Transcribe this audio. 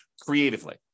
creatively